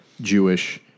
Jewish